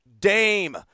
dame